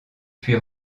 puis